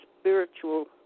spiritual